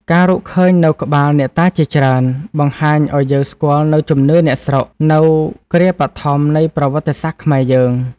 ការរកឃើញនូវក្បាលអ្នកតាជាច្រើន បង្ហាញឱ្យយើងស្គាល់នូវជំនឿអ្នកស្រុក នៅគ្រាបឋមនៃប្រវត្តិសាស្ត្រខ្មែយើង។